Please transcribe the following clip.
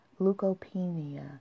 Leukopenia